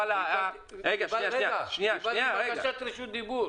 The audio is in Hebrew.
מפלגה בהתהוות.